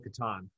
Katan